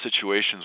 situations